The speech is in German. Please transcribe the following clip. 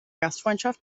gastfreundschaft